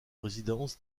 résidence